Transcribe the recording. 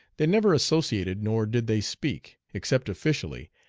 they never associated, nor did they speak, except officially,